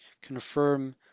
confirm